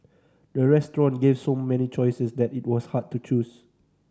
the restaurant gave so many choices that it was hard to choose